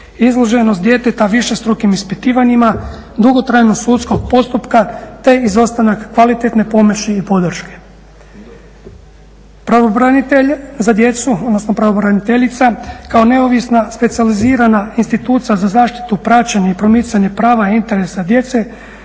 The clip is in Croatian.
izloženost djeteta višestrukim ispitivanjima, dugotrajnog sudskog postupka te izostanak kvalitetne pomoći i podrške. Pravobraniteljica za djecu kao neovisna specijalizirana institucija za zaštitu, praćenje i promicanje prava interesa djece